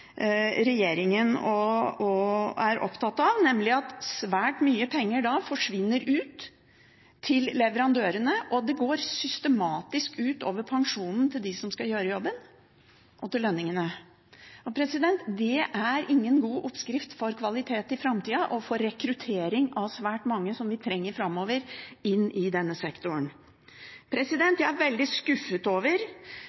er opptatt av, nemlig at svært mye penger forsvinner ut til leverandørene, og det går systematisk ut over pensjonene og lønningene til dem som skal gjøre jobben. Det er ingen god oppskrift for kvalitet i framtida og for rekruttering av svært mange som vi trenger framover inn i denne sektoren.